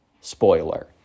Spoiler